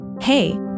Hey